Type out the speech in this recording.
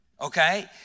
Okay